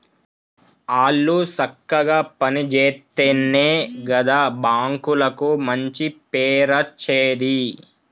ఆళ్లు సక్కగ పని జేత్తెనే గదా బాంకులకు మంచి పేరచ్చేది